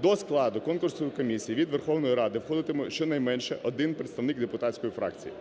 До складу конкурсної комісії від Верховної Ради входитиме щонайменше один представник депутатської фракції.